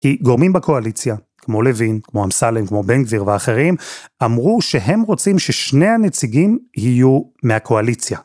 כי גורמים בקואליציה, כמו לוין, כמו אמסלם, כמו בן גביר ואחרים, אמרו שהם רוצים ששני הנציגים יהיו מהקואליציה.